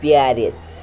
Paris